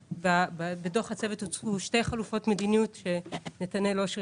בדוח הצוות הוצעו שתי חלופות מדיניות שנתנאל אשרי